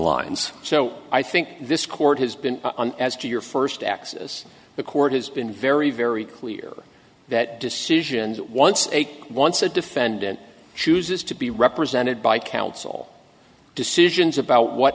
lines so i think this court has been as to your first access the court has been very very clear that decisions that once once a defendant chooses to be represented by counsel decisions about what